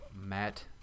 Matt